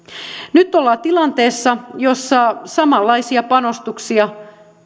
nyt ollaan tilanteessa jossa samanlaisia panostuksia